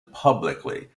publicly